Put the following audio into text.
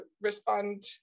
respond